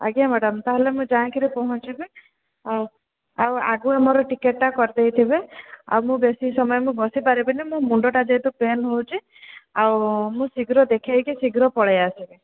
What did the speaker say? ଆଜ୍ଞା ମ୍ୟାଡ଼ମ ତାହେଲେ ମୁଁ ଯାଇକିରି ପହଞ୍ଚିବି ହଉ ଆଉ ଆଗୁଆ ମୋର ଟିକେଟ ଟା କରିଦେଇଥିବେ ଆଉ ମୁଁ ବେଶୀ ସମୟ ମୁଁ ବସି ପାରିବିନି ମୋ ମୁଣ୍ଡଟା ଯେହେତୁ ପେନ ହେଉଛି ଆଉ ମୁଁ ଶୀଘ୍ର ଦେଖାଇକି ଶୀଘ୍ର ପଳାଇ ଆସିବି